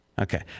Okay